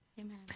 Amen